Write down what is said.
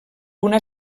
una